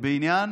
בעניין